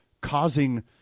causing